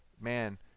man